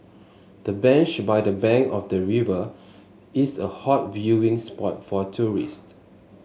the bench by the bank of the river is a hot viewing spot for tourists